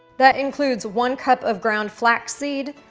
that includes one cup of ground flaxseed,